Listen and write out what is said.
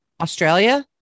Australia